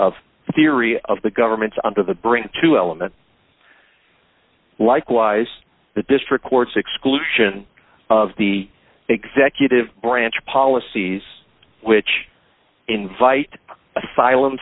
of theory of the government's under the bring to element likewise the district court's exclusion of the executive branch policies which invite asylum